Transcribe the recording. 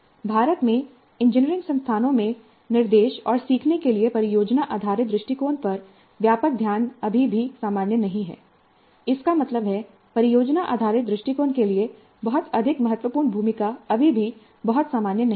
भारत में इंजीनियरिंग संस्थानों में निर्देश और सीखने के लिए परियोजना आधारित दृष्टिकोण पर व्यापक ध्यान अभी भी सामान्य नहीं है इसका मतलब है परियोजना आधारित दृष्टिकोण के लिए बहुत अधिक महत्वपूर्ण भूमिका अभी भी बहुत सामान्य नहीं है